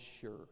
sure